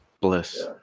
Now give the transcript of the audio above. Bliss